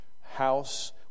house